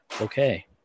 Okay